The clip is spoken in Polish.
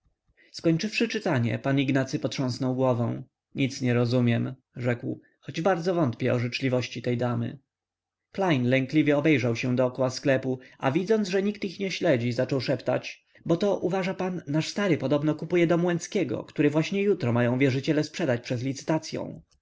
życzliwa skończywszy czytanie pan ignacy potrząsnął głową nic nie rozumiem rzekł chociaż bardzo wątpię o życzliwości tej damy klejn lękliwie obejrzał się dokoła sklepu a widząc że ich nikt nie śledzi zaczął szeptać bo to uważa pan nasz stary podobno kupuje dom łęckiego który właśnie jutro mają wierzyciele sprzedać przez licytacyą